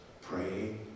Pray